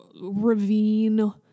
ravine